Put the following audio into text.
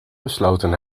besloten